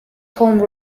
home